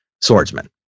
swordsman